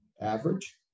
average